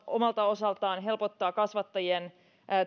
omalta osaltaan helpottaa kasvattajien